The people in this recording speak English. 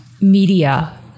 media